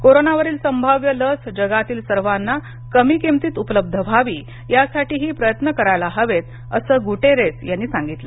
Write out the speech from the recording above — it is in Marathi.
कोरोनावरील संभाव्य लस जगातील सर्वांना कमी किमतीत उपलब्ध व्हावी यासाठीही प्रयत्न करायला हवेत असं गूटेरेस यांनी सांगितलं